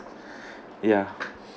yeah